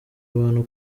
abantu